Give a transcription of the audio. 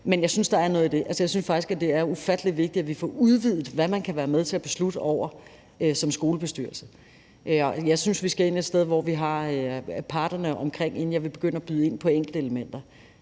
Jeg synes faktisk, det er ufattelig vigtigt, at vi får udvidet, hvad man kan være med til at beslutte som skolebestyrelse. Jeg synes, vi skal hen til et sted, hvor vi har haft parterne omkring, inden jeg vil begynde at byde ind på enkeltelementer